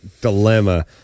dilemma